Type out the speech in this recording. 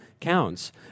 counts